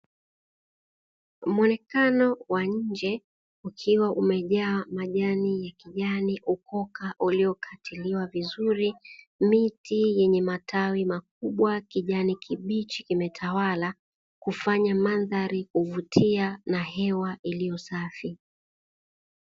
Muonekano wa nje ukiwa umejaa majani ya kijani, ukoka uliokatiliwa vizuri, miti yenye matawi makubwa kijani kibichi kimetawala kufanya mandhari kuvutia na hewa iliyo safi.